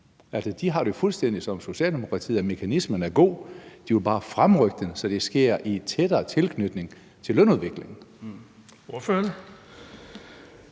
de har det jo fuldstændig ligesom Socialdemokratiet og synes, at mekanismen er god; de vil bare fremrykke den, så det sker i tættere tilknytning til lønudviklingen.